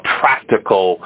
practical